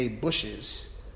bushes